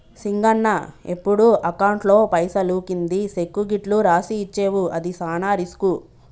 సింగన్న ఎప్పుడు అకౌంట్లో పైసలు కింది సెక్కు గిట్లు రాసి ఇచ్చేవు అది సాన రిస్కు